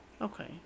Okay